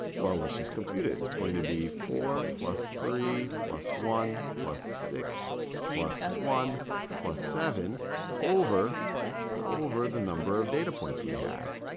well, let's just compute it. it's going to be four plus three plus one plus six plus one plus seven over over the number of data points we have.